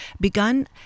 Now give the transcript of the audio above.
begun